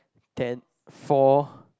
ten four